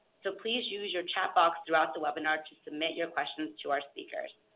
so please use your chat box throughout the webinar to submit your questions to our speakers.